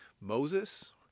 Moses